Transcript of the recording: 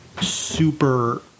super